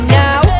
now